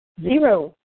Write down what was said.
zero